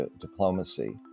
diplomacy